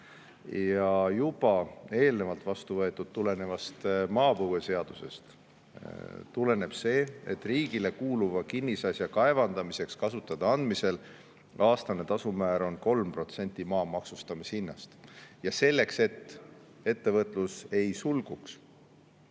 Juba eelnevalt vastu võetud maapõueseadusest tuleneb see, et riigile kuuluva kinnisasja kaevandamiseks kasutada andmisel on aastane tasumäär 3% maa maksustamishinnast, ja selleks, et ettevõtlus ei sulguks,